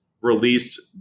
released